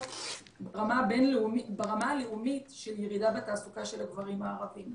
ברמה הלאומית של ירידה בתעסוקה של הגברים הערבים.